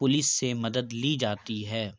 police سے مدد لی جاتی ہے